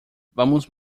vamos